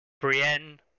Brienne